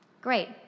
great